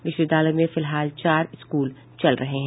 विश्वविद्यालय में फिलहाल चार स्कूल चल रहे हैं